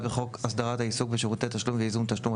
בחוק הסדרת העיסוק בשירותי תשלום וייזום תשלום,